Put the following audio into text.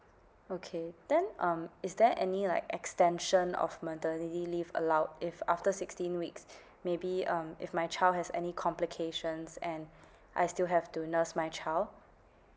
okay then um is there any like extension of maternity leave allowed if after sixteen weeks maybe um if my child has any complications and I still have to nurse my child